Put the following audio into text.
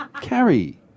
Carrie